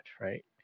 right